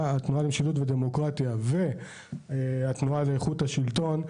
התנועה למשילות ודמוקרטיה יחד עם התנועה לאיכות השלטון,